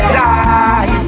die